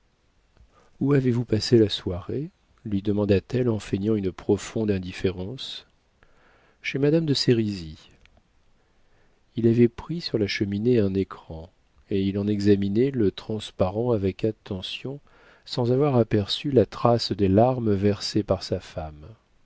où avez-vous passé la soirée lui demanda-t-elle en feignant une profonde indifférence chez madame de sérizy il avait pris sur la cheminée un écran et il en examinait le transparent avec attention sans avoir aperçu la trace des larmes versées par sa femme